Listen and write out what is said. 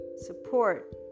support